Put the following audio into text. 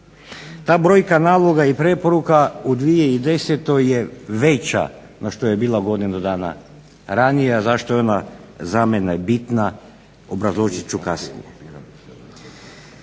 TA brojka naloga i preporuka u 2010. je veća no što je bila godinu dana ranije, no zašto je ona bitna obrazložit ću kasnije.